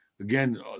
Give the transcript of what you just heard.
Again